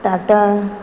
Tata